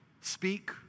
speak